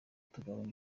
tugabanya